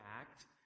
act